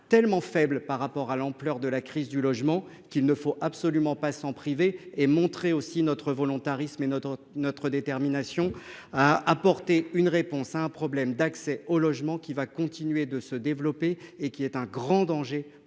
tellement faible par rapport à l'ampleur de la crise du logement qu'il ne faut absolument pas s'en priver et montrer aussi notre volontarisme et notre notre détermination à apporter une réponse à un problème d'accès au logement qui va continuer de se développer et qui est un grand danger pour